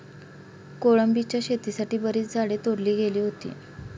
कोलंबीच्या शेतीसाठी बरीच झाडे तोडली गेली होती